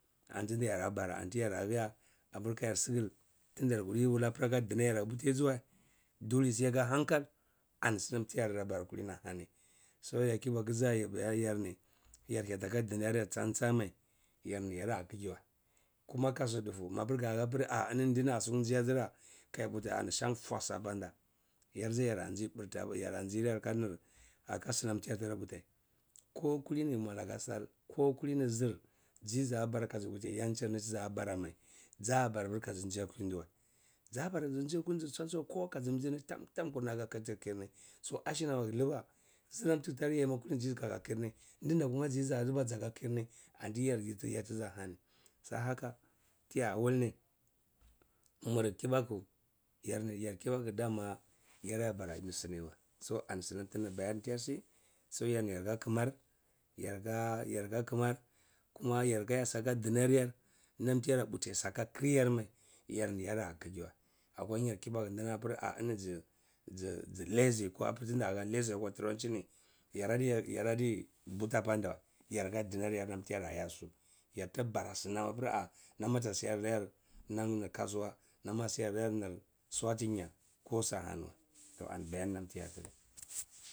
Antieni yarada bara anti yarda ya apir kayar sigile tunda yarkurti wala dinar yar adia putiyi wa ddeh seka hankal anisiham tiyar da bara kullini-ahani so yar kibaku za sikiya yarni, yar liya ti aka dinar yar tsansa mai, yani, yaradi a kegi wa kuma ka sur dufu mapir gahah eni ndini ahsinyira kayar puti san fosai apanda yarde yara nji burti apanda yar a jiyar aka sinam tara puteh ko kullini mwala aka sal ko kulini zir jiye zabara kayih puti yanchiniyar fiya bara mai jabara kaziji akwa foir kashin akuiji majara kaji akuiji kowa kazijin nir tamtam kurni aka kiltir khirni so ashina magir ciba zinam tigyai ma kudini zaka khirni ndinda zina. Zaye za liba aka khirni ant yar kiyatizi ahani so ahaka tiya wulni mur kibaku yar ni yar kibaku dama tuna yara bara eri sini wa so ani sinam tidi nya bayan tidisi so yarni yaraka khimar yarka. Yarka khimar kuma yakayasi aka dinar yarn am tiyaradu putisu aka khir yarni, yarni yarndiye yakhigi wa. Akwa yar kibaku ndihaneh apir-ah eniji yi yi la zy ko apir tinda hah lazy akwa tumachi i yaradi yaradi butu apanda wa yaraka dinar yarn am tiya eyesu yarta barasa nam ti-ah nam aleh sinayar nam ni kasuwa nam asiyanayar nir suwa tinya kosa’a ham wa ani bayani nam tiya khir.